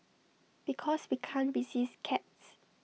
because we can't resist cats